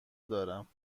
دارم